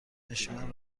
نشیمن